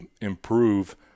improve